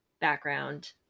background